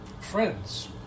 Friends